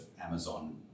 Amazon